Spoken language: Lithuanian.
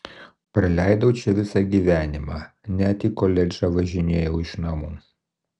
praleidau čia visą gyvenimą net į koledžą važinėjau iš namų